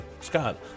Scott